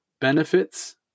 benefits